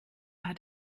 hat